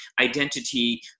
identity